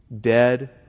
dead